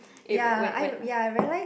ya I ya I realise